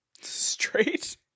straight